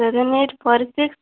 seven eight four six